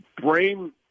brain